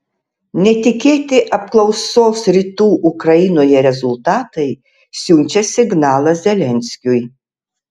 netikėti apklausos rytų ukrainoje rezultatai siunčia signalą zelenskiui